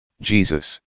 Jesus